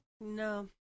No